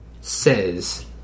says